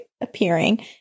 appearing